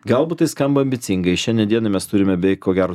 galbūt tai skamba ambicingai šiandien dienai mes turime beveik ko gero